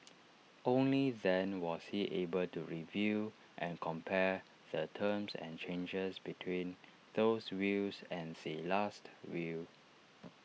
only then was he able to review and compare the terms and changes between those wills and the Last Will